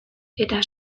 eta